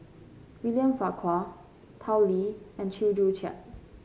William Farquhar Tao Li and Chew Joo Chiat